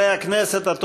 חברי הכנסת,